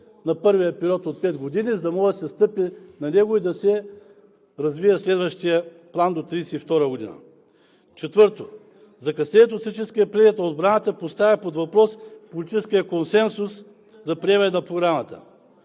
на първия период от пет години, за да може да се стъпи на него и да се развие следващият план до 2032 г. Четвърто, закъснението на стратегическия преглед на отбраната поставя под въпрос политическия консенсус за приемане на Програмата.